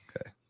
okay